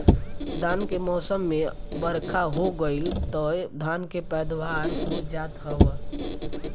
धान के मौसम में बरखा हो गईल तअ धान के पैदावार हो जात हवे